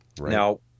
Now